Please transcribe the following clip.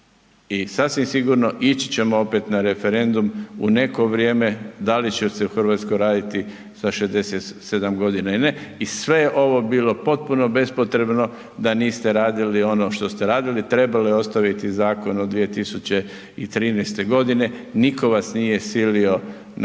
I sasvim sigurno, ići ćemo opet na referendum u neko vrijeme, da li će se u Hrvatskoj raditi sa 67 godina ili ne i sve ovo je bilo potpuno bespotrebno da niste radili ono što ste radili, trebalo je ostaviti zakon od 2013. godine, nitko vas nije silio na